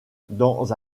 dans